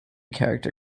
character